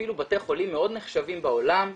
אפילו בתי חולים מאוד נחשבים בעולם,